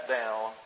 down